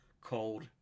called